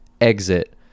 exit